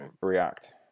react